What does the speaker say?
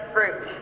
Fruit